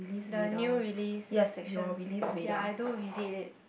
the new release section ya I do visit it